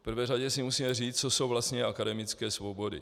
V první řadě si musíme říct, co jsou vlastně akademické svobody.